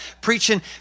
preaching